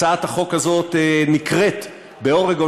הצעת החוק הזאת נקראה באורגון,